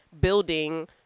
building